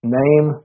name